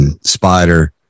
Spider